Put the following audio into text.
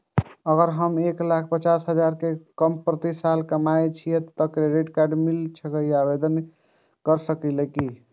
अगर हम एक लाख पचास हजार से कम प्रति साल कमाय छियै त क्रेडिट कार्ड के लिये आवेदन कर सकलियै की?